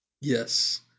Yes